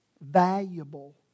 valuable